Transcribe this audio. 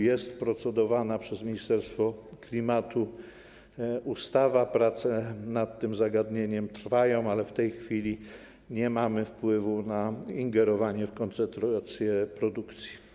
Jest ustawa procedowana przez ministerstwo klimatu, prace nad tym zagadnieniem trwają, ale w tej chwili nie mamy wpływu na ingerowanie w koncentrację produkcji.